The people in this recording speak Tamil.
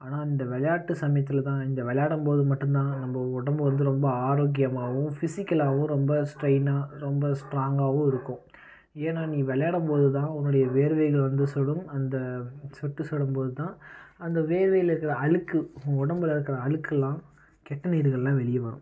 ஆனால் இந்த விளையாட்டு சமயத்தில் தான் இந்த விளையாடும் போது மட்டும் தான் நம்ம உடம்பு வந்து ரொம்ப ஆரோக்கியமாகவும் பிசிக்கலாகவும் ரொம்ப ஸ்ட்ரைனாக ரொம்ப ஸ்ட்ராங்காகவும் இருக்கும் ஏன்னா நீ வெளையாடும் போது தான் உன்னுடைய வேர்வைகள் வந்து சொடும் அந்த சொட்டு சொடும் போது தான் அந்த வேர்வையில் இருக்கிற அழுக்கு நம்ம உடம்புல இருக்கிற அழுக்குலாம் கெட்ட நீர்கள்லாம் வெளியே வரும்